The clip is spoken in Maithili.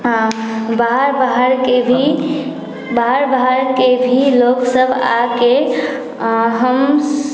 आओर बाहर बाहरके भी बाहर बाहरके भी लोकसब आके आओर हम